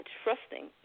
trusting